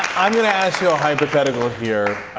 i'm going to ask you a hypothetical here,